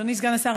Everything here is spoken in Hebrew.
אדוני סגן השר,